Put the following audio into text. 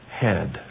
head